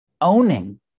owning